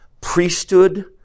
priesthood